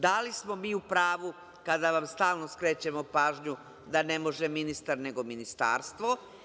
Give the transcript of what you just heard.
Da li smo mi u pravu kada vam stalno skrećemo pažnju da ne može ministar nego ministarstvo?